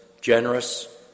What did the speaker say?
generous